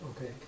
Okay